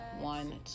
one